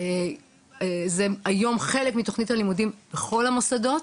זה היום חלק מתכנית הלימודים בכל המוסדות.